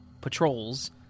patrols